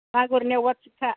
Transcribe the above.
ना गुरनायावबा थिग खा